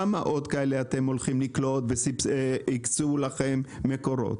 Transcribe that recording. כמה עוד כאלה אתם הולכים לקלוט והקצו לכם מקורות?